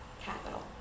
capital